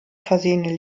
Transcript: versehene